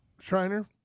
Shriner